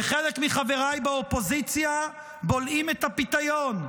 וחלק מחבריי באופוזיציה בולעים את הפיתיון.